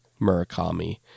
Murakami